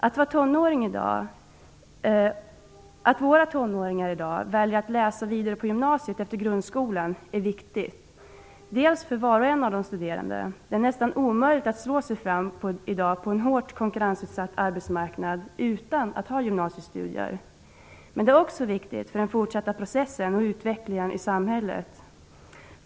Att våra tonåringar i dag väljer att läsa vidare på gymnasiet efter grundskolan är viktigt. Det är viktigt för var och en av de studerande. Det är nästan omöjligt att slå sig fram på en hårt konkurrensutsatt arbetsmarknad i dag utan att ha gymnasiestudier bakom sig. Men det är också viktigt för den fortsatta processen och utvecklingen i samhället.